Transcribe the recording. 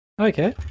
Okay